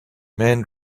men